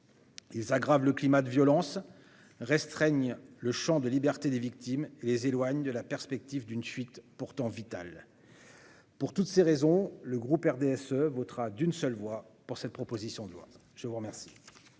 Ils aggravent le climat de violence, restreignent le champ de liberté des victimes et les éloignent de la perspective d'une fuite pourtant vitale. Pour toutes ces raisons, le groupe du RDSE votera d'une seule voix pour cette proposition de loi. La parole